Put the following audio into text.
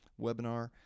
webinar